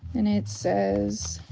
and it says,